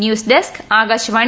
news desk Akashvani